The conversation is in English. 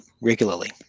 regularly